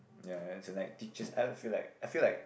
ya ya as in like teachers I feel like I feel like